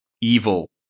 evil